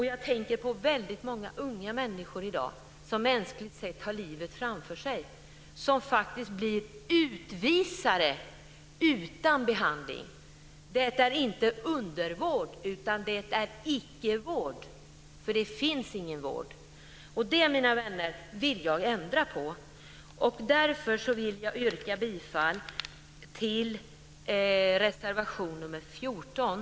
Jag tänker på väldigt många unga människor i dag, som mänskligt sett har livet framför sig, som faktiskt blir utvisade utan behandling. Det är inte undervård, utan det är ickevård, för det finns ingen vård. Det, mina vänner, vill jag ändra på. Därför vill jag yrka bifall till reservation nr 14.